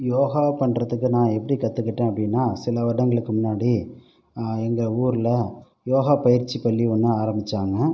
யோகா பண்ணுறதுக்கு நான் எப்படி கற்றுக்கிட்டேன் அப்படின்னா சில வருடங்களுக்கு முன்னாடி எங்கள் ஊரில் யோகா பயிற்சி பள்ளி ஒன்று ஆரம்பிச்சாங்க